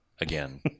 again